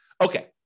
Okay